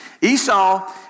Esau